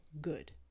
good